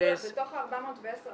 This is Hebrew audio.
בתוך ה-410,